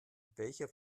welcher